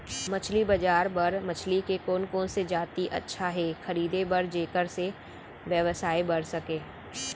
मछली बजार बर मछली के कोन कोन से जाति अच्छा हे खरीदे बर जेकर से व्यवसाय बढ़ सके?